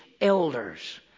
elders